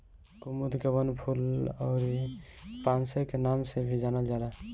कुमुद के वनफूल अउरी पांसे के नाम से भी जानल जाला